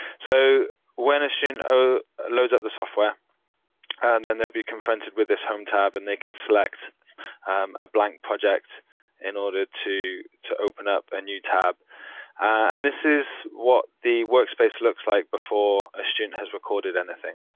so when a student loads up the software and then they'll be confronted with this home tab and they can select um a blank project in order to to open up a new tab and this is what the workspace looks like before a student has recorded anything.